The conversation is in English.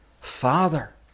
Father